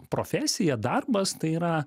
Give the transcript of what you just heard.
profesija darbas tai yra